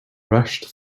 rushed